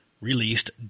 released